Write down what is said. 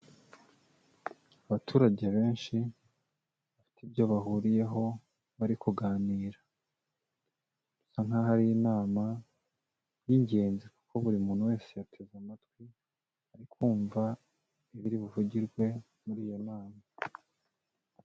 Abaturage benshi bafite ibyo bahuriyeho bari kuganira, bisa nkaho ari inama y'ingenzi kuko buri muntu wese yateze amatwi ari kumva ibiri buvugirwe muri iyo nama.